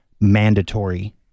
mandatory